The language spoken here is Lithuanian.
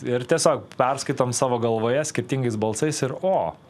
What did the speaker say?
ir tiesiog perskaitom savo galvoje skirtingais balsais ir o